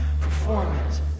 Performance